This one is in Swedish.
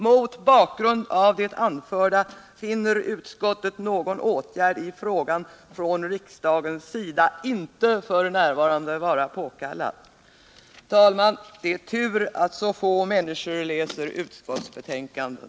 Mot bakgrund av vad nu har anförts finner utskottet någon åtgärd i frågan från riksdagens sida f. n. inte vara påkallad.” Herr talman! Det är tur att så få människor läser utskottsbetänkanden.